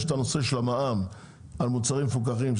יש את הנושא של המע"מ על מוצרים מפוקחים,